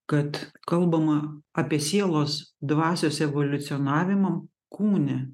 kad kalbama apie sielos dvasios evoliucionavimą kūne